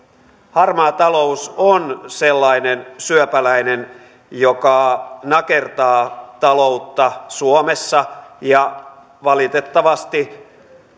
harmaa talous on sellainen syöpäläinen joka nakertaa taloutta suomessa ja valitettavasti